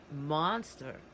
monster